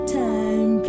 time